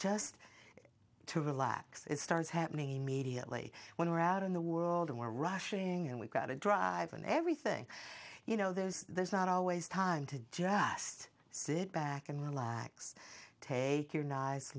just to relax it starts happening immediately when we're out in the world and we're rushing and we've got to drive and everything you know there's there's not always time to just sit back and relax take your ni